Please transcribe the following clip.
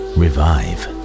revive